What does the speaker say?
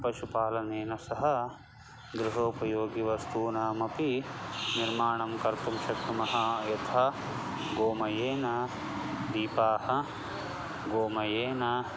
पशुपालनेन सह गृहोपयोगीवस्तूनामपि निर्माणं कर्तुं शक्नुमः यथा गोमयेन दीपाः गोमयेन